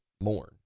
mourn